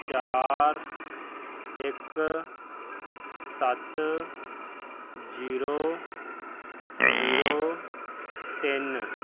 ਚਾਰ ਇੱਕ ਸੱਤ ਜੀਰੋ ਜੀਰੋ ਤਿੰਨ